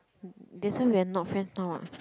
that's why we are not friends now [what]